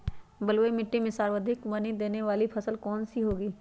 बलुई मिट्टी में सर्वाधिक मनी देने वाली फसल कौन सी होंगी?